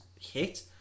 hit